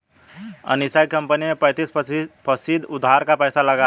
अनीशा की कंपनी में पैंतीस फीसद उधार का पैसा लगा है